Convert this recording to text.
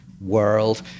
world